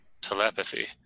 telepathy